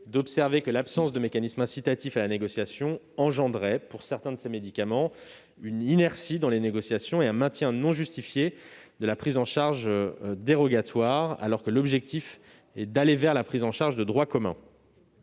d'observer que l'absence de mécanisme incitatif à la négociation engendrait, pour certains de ces médicaments, une inertie dans les négociations et un maintien non justifié de la prise en charge dérogatoire, alors que l'objectif est d'aller vers la prise en charge de droit commun.